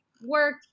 work